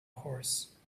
horse